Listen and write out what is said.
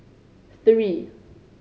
three